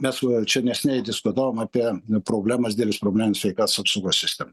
mes čia neseniai diskutavom apie problemas diles problems sveikatos apsaugos sistemoj